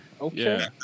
okay